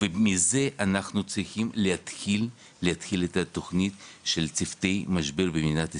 מזה אנחנו צריכים להתחיל את התכנית של צוותי משבר במדינת ישראל.